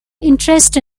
interest